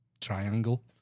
triangle